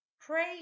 Pray